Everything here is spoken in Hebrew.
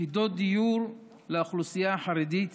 יחידות דיור לאוכלוסייה החרדית